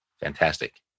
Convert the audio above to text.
Fantastic